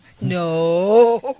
No